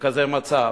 בכזה מצב.